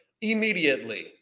Immediately